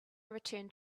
returned